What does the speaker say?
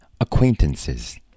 acquaintances